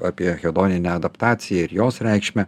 apie hedoninę adaptaciją ir jos reikšmę